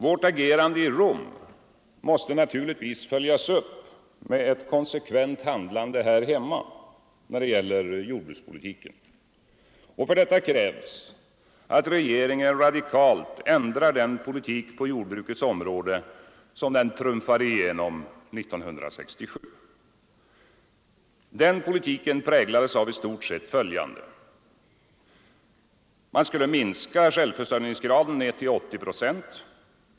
Vårt agerande i Rom måste naturligtvis följas upp med ett konsekvent handlande här hemma när det gäller jordbrukspolitiken. För detta krävs att regeringen radikalt ändrar den politik på jordbrukets område som den trumfade igenom 1967. Den politiken präglades av i stort sett följande. Man skulle minska den svenska självförsörjningsgraden ned till 80 procent.